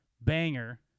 banger